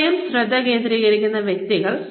സ്വയം ശ്രദ്ധ കേന്ദ്രീകരിക്കുന്ന വ്യക്തികൾ